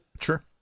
Sure